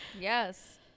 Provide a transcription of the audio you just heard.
Yes